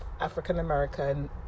African-American